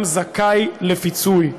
גם זכאי לפיצוי,